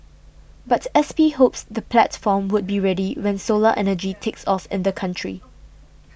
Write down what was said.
but S P hopes the platform would be ready when solar energy takes off in the country